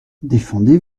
défendez